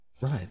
Right